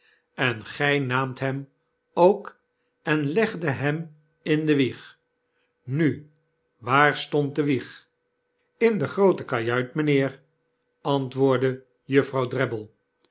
en gy naamt hem ook en legdet hem in de wieg nu waar stond de wieg in de groote kajuit mynheer antwoordde juffrouw